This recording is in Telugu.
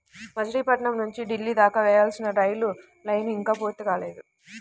మచిలీపట్నం నుంచి ఢిల్లీ దాకా వేయాల్సిన రైలు లైను ఇంకా పూర్తి కాలేదు